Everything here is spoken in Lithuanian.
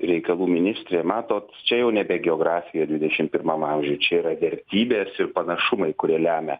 reikalų ministrė matot čia jau nebe geografija dvidešim pirmam amžiuj čia yra vertybės ir panašumai kurie lemia